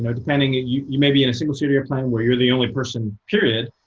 um ah depending, and you you may be in a single seater airplane, where you're the only person, period.